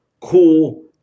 cool